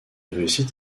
réussit